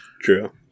True